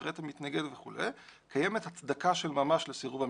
שפירט המתנגד קיימת הצדקה של ממש לסירוב המתנגד.